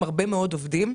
עם הרבה מאוד עובדים.